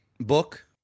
book